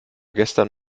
gestern